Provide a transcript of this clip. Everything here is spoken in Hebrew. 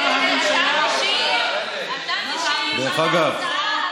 מה הממשלה עושה, אתה משיב על ההצעה הלא-נכונה.